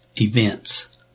events